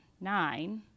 nine